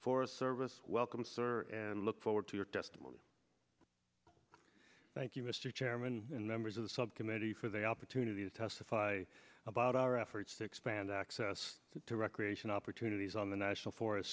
forest service welcome sir and look forward to your testimony thank you mr chairman and members of the subcommittee for the opportunity to testify about our efforts to expand access to recreation opportunities on the national forest